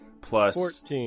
plus